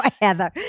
Heather